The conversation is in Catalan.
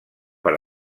per